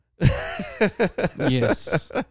Yes